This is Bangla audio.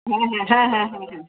হ্যাঁ হ্যাঁ হ্যাঁ হ্যাঁ হ্যাঁ হ্যাঁ